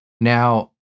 Now